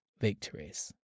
victories